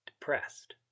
depressed